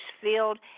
field